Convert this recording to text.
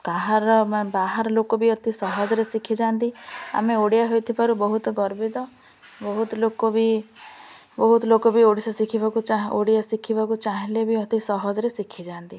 କାହାର ବାହାର ଲୋକ ବି ଅତି ସହଜରେ ଶିଖିଯାଆନ୍ତି ଆମେ ଓଡ଼ିଆ ହୋଇଥିବାରୁ ବହୁତ ଗର୍ବିତ ବହୁତ ଲୋକ ବି ବହୁତ ଲୋକ ବି ଓଡ଼ିଶା ଶିଖିବାକୁ ଓଡ଼ିଆ ଶିଖିବାକୁ ଚାହିଁଲେ ବି ଅତି ସହଜରେ ଶିଖିଯାଆନ୍ତି